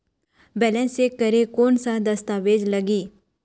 Balance check करें कोन सा दस्तावेज लगी?